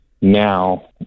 now